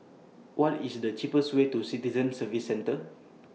What IS The cheapest Way to Citizen Services Centre